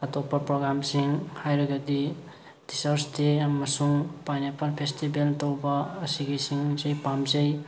ꯑꯇꯣꯞꯄ ꯄ꯭ꯔꯣꯒꯥꯝꯁꯤꯡ ꯍꯥꯏꯔꯒꯗꯤ ꯇꯤꯆꯔꯁ ꯗꯦ ꯑꯃꯁꯨꯡ ꯄꯥꯏꯅꯦꯄꯜ ꯐꯦꯁꯇꯤꯕꯦꯜ ꯇꯧꯕ ꯑꯁꯤꯒꯤꯁꯤꯡꯁꯤ ꯄꯥꯝꯖꯩ